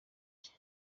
cye